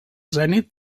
zenit